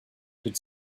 could